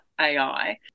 AI